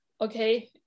okay